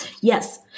yes